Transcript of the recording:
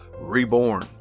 Reborn